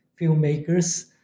filmmakers